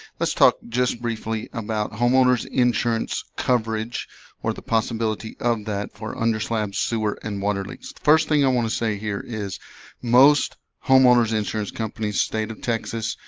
let's talk just briefly about homeowners insurance coverage or the possibility of that for under slab sewer and water leaks. first thing i want to say here is most homeowners insurance companies state of, texas